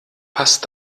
passt